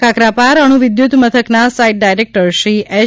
કાકરાપાર અણુ વિર્ધુત મથકના સાઈટ ડાયરેક્ટર શ્રી એચ